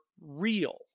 real